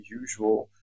usual